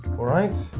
alright.